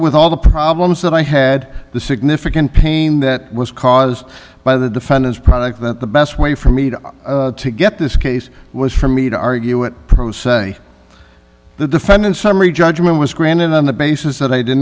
with all the problems that i had the significant pain that was caused by the defendants product that the best way for me to get this case was for me to argue it pro se the defendant summary judgment was granted on the basis that i did